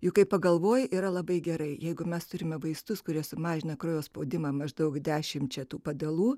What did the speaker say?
juk kai pagalvoji yra labai gerai jeigu mes turime vaistus kurie sumažina kraujo spaudimą maždaug dešimčia tų padalų